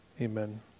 amen